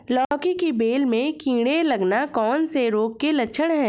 लौकी की बेल में कीड़े लगना कौन से रोग के लक्षण हैं?